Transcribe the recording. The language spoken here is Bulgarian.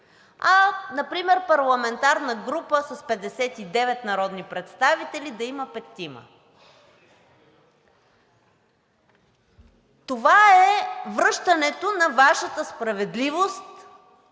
а например парламентарна група с 59 народни представители да има петима. Това е връщането на Вашата справедливост,